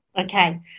Okay